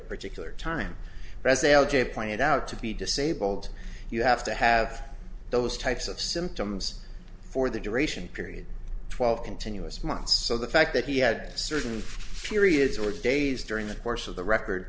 particular time reza l j pointed out to be disabled you have to have those types of symptoms for the duration period twelve continuous months so the fact that he had certain periods or days during the course of the record